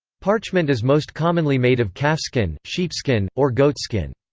parchment is most commonly made of calfskin, sheepskin, or goatskin.